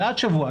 זה עד שבוע,